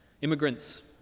Immigrants